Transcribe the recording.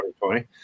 2020